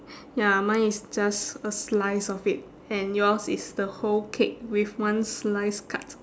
ya mine is just a slice of it and yours is the whole cake with one slice cut